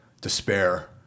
despair